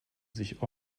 sich